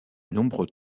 nombreux